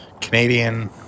Canadian